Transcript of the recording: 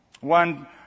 One